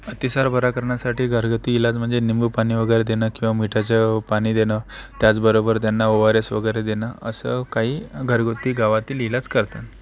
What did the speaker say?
अतिसार बरा करण्यासाठी घरगुती इलाज म्हणजे लिंबू पाणी वगैरे देणं किंवा मग मिठाचं पाणी देणं त्याचबरोबर त्यांना ओ आर एस वगैरे देणं असं काही घरगुती गावातील इलाज करतात